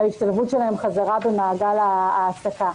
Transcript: להשתלבות שלהן בחזרה במעגל העסקה.